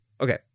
Okay